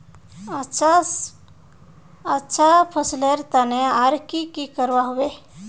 अच्छा फसलेर तने आर की की करवा होबे?